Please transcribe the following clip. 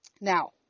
Now